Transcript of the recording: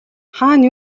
хаана